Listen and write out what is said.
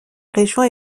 régions